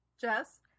Jess